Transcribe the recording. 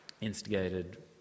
instigated